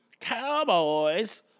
Cowboys